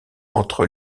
entre